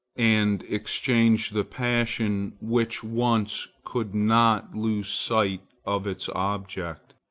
and exchange the passion which once could not lose sight of its object,